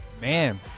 Man